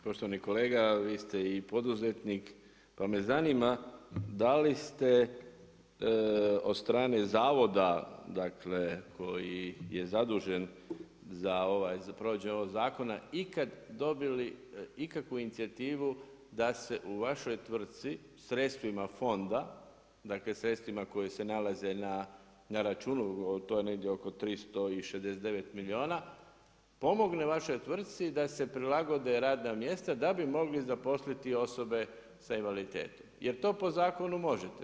Poštovani kolega, vi ste i poduzetnik pa me zanima da li se od strane zavoda a dakle koji je zadužen za provedbu ovog zakona ikad dobili ikakvu inicijativu da se u vašoj tvrtci, sredstvima fonda, dakle sredstvima koja se nalaze na računu, to je negdje oko 369 milijuna, pomogne vašoj tvrtci da se prilagode radna mjesta da bi mogli zaposliti osobe sa invaliditetom jer to po zakonu možete.